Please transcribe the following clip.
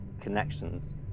connections